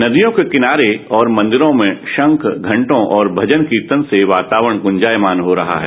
नदियों के किनारे और मंदिरों में शंख घंटो और भजन कीर्तन से वातावरण गुंजामान हो रहा है